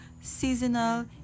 Seasonal